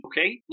Okay